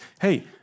hey